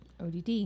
ODD